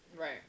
Right